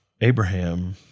abraham